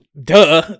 Duh